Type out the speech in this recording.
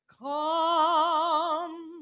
come